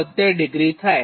72° થાય